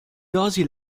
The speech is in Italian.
dosi